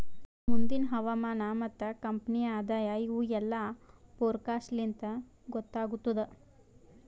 ಮುಂದಿಂದ್ ಹವಾಮಾನ ಮತ್ತ ಕಂಪನಿಯ ಆದಾಯ ಇವು ಎಲ್ಲಾ ಫೋರಕಾಸ್ಟ್ ಲಿಂತ್ ಗೊತ್ತಾಗತ್ತುದ್